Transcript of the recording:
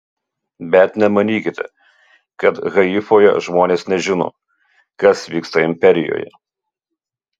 bet nemanykite kad haifoje žmonės nežino kas vyksta imperijoje